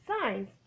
signs